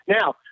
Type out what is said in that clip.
Now